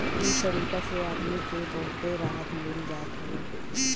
इ तरीका से आदमी के बहुते राहत मिल जात हवे